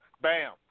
Bam